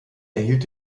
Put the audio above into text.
erhielt